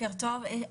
שמי טובה ווסר,